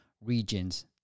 regions